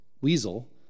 weasel